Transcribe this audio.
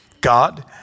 God